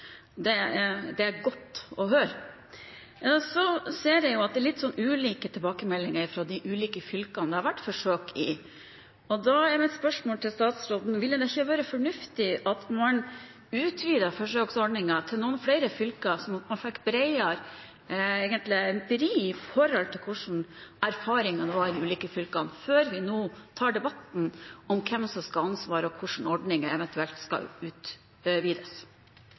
Det er godt å høre. Jeg ser at det er litt ulike tilbakemeldinger fra de ulike fylkene hvor det har vært forsøk. Da er mitt spørsmål til statsråden: Ville det ikke være fornuftig å utvide forsøksordningen til noen flere fylker, slik at man får bredere empiri når det gjelder hvilke erfaringer man har i de ulike fylkene, før vi tar debatten om hvem som skal ha ansvaret, og hvordan ordningen eventuelt skal utvides?